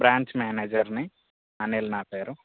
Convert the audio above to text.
branch manager Anil నా పేరు